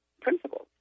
principles